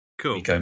Cool